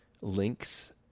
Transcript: links